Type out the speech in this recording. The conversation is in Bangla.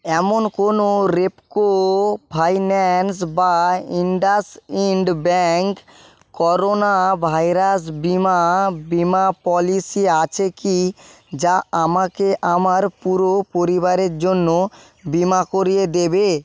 এমন কোনও রেপকো ফাইন্যান্স বা ইন্ডাসইন্ড ব্যাংক করোনা ভাইরাস বীমা বীমা পলিসি আছে কি যা আমাকে আমার পুরো পরিবারের জন্য বীমা করিয়ে দেবে